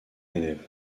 élève